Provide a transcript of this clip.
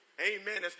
Amen